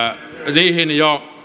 niihin jo